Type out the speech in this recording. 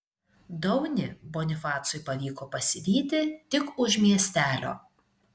daunį bonifacui pavyko pasivyti tik už miestelio